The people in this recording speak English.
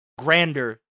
grander